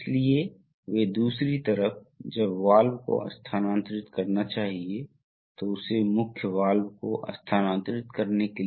इसलिए रिट्रेक्शन चक्र के अंत में टैंक सीधे वेंट करता है न कि पंप सीधे टैंक में प्रवेश करता है